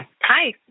Hi